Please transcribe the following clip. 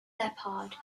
leppard